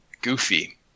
goofy